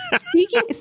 Speaking